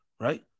right